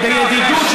בידידות,